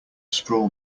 straw